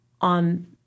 on